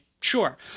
sure